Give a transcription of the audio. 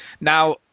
Now